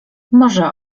może